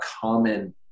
common